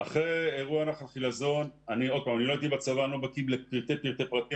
אחרי אירוע נחל חילזון לא הייתי בצבא ואני לא בקי לפרטי פרטים,